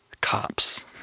cops